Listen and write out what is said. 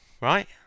right